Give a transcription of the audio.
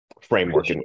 framework